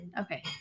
Okay